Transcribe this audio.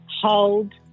Hold